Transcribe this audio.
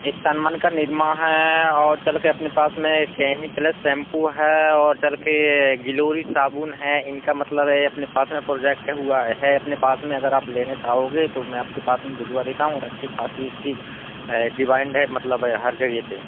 एक तनमन का निरमा है और चलकर अपने पास में एक कैनी प्लस शैम्पू है और चलकर ग्लोरी साबुन है इनका मतलब है अपने पास में प्रोजेक्ट हुआ है अपने पास में अगर आप लेना चाहोगे तो मैं आपके पास में भिजवा देता हूँ और अच्छी खासी इसकी डिमान्ड है मतलब हर जगह पर